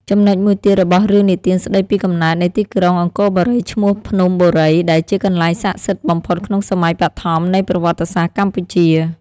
ចំណុចមួយទៀតរបស់រឿងនិទានស្តីពីកំណើតនៃទីក្រុងអង្គរបូរីឈ្មោះភ្នំ បុរី ដែលជាកន្លែងស័ក្តិសិទ្ធិបំផុតក្នុងសម័យបឋម នៃប្រវត្តិសាស្រ្តកម្ពុជា ។